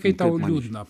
kai tau liūdna